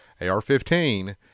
AR-15